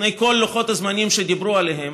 לפני כל לוחות הזמנים שדיברו עליהם,